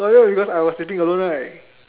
probably because I was sitting alone right